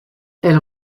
elle